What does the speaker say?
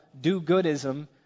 do-goodism